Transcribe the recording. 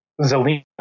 Zelina